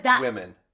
women